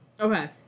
Okay